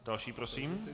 Další prosím.